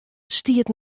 stiet